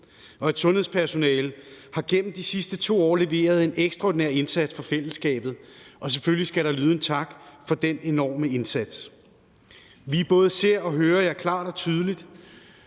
Sundhedspersonalet har gennem de sidste 2 år leveret en ekstraordinær indsats for fællesskabet, og selvfølgelig skal der lyde en tak for den enorme indsats. Vi både ser og hører jer klart og tydeligt;